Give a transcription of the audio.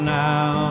now